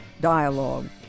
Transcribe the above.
dialogue